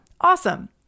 Awesome